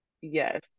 Yes